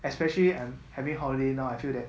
especially I'm having holiday now I feel that